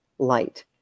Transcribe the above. Light